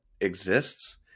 exists